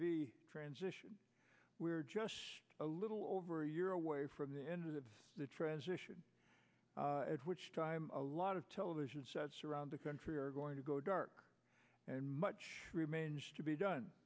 v transition we're just a little over a year away from the end of the transition at which time a lot of television sets around the country are going to go dark and much remains to be done